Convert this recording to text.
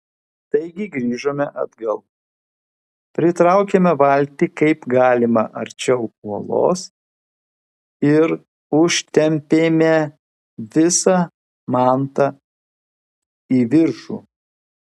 taigi grįžome atgal pritraukėme valtį kaip galima arčiau uolos ir užtempėme visą mantą į viršų